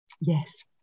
yes